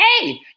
hey